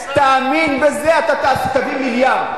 תאמין בזה, אתה תביא מיליארד.